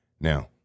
Now